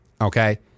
okay